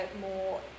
more